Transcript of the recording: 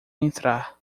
entrar